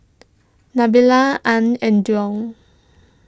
Nabila Ain and Daud